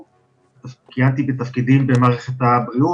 בכל זאת, מדברים עליכם הרבה.